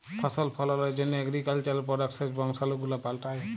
ফসল ফললের জন্হ এগ্রিকালচার প্রডাক্টসের বংশালু গুলা পাল্টাই